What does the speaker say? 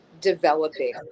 developing